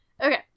Okay